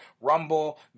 Rumble